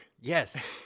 Yes